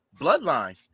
bloodline